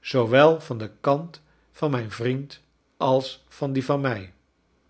zoowel van den kant van mijn vriend als van dien van mij